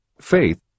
Faith